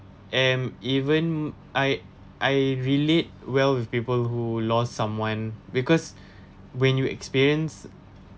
and even I I relate well with people who lost someone because when you experience